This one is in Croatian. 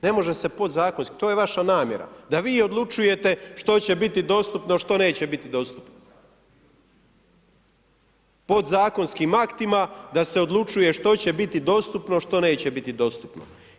Ne može se podzakonskim, to je vaša namjera, da vi odlučujete što će biti dostupno a što neće biti dostupno, podzakonskim aktima da se odlučuje što će biti dostupno a što neće biti dostupno.